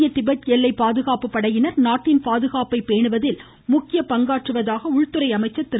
இந்திய திபெத் எல்லை பாதுகாப்பு படையினர் நாட்டின் பாதுகாப்பை பேணுவதில் முக்கிய பங்காற்றுவதாக உள்துறை அமைச்சர் திரு